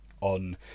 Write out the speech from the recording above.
on